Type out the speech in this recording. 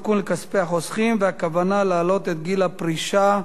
הסיכון לכספי החוסכים והכוונה להעלות את גיל הפרישה,